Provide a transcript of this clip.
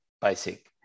basic